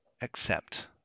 accept